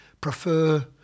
prefer